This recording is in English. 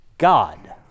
god